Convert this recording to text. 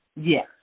Yes